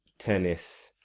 tennis